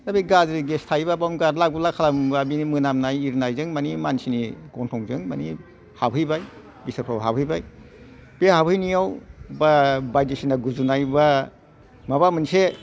दा बे गाज्रि गेस थायोबा बावनो गादला गुला खालामोब्ला बेनि मोनामनाय आरिनायजों माने मानसिनि गन्थंजों मानि हाबहैबाय बिथोरफ्राव हाबहैबाय बे हाबहैनायाव बा बायदिसिना गुजुनाय बा माबा मोनसे